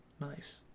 Nice